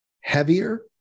heavier